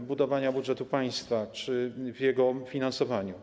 budowania budżetu państwa czy w jego finansowaniu.